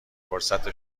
فرصت